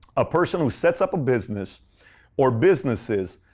a person who sets up a business or businesses,